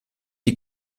die